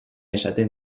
esaten